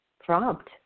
Prompt